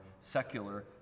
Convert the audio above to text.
secular